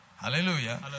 Hallelujah